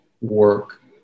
work